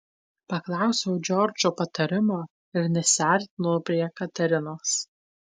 paklausiau džordžo patarimo ir nesiartinau prie katerinos